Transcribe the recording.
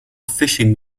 fishing